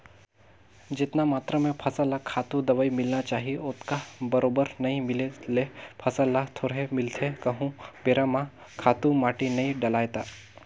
जेतना मातरा में फसल ल खातू, दवई मिलना चाही ओतका बरोबर नइ मिले ले फसल ल थोरहें मिलथे कहूं बेरा म खातू माटी नइ डलय ता